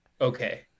Okay